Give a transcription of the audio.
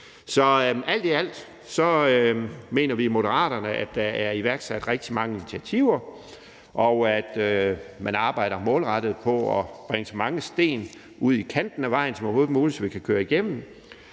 Så alt i alt mener vi i Moderaterne, at der er iværksat rigtig mange initiativer, og at man arbejder målrettet på at bringe så mange sten ud i kanten af vejen som overhovedet muligt, så vi kan køre igennem.